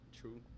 True